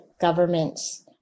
governments